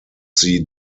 sie